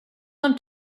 them